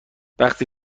وقتی